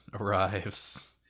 arrives